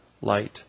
light